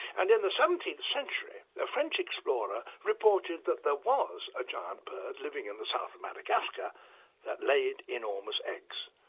and in the seventeenth century, a french explorer reported that there was a giant bird living in the south of madagascar that laid enormous eggs.